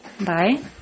Bye